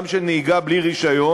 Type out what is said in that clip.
גם של נהיגה בלי רישיון,